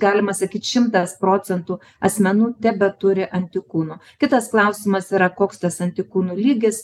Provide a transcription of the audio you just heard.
galima sakyt šimtas procentų asmenų tebeturi antikūnų kitas klausimas yra koks tas antikūnų lygis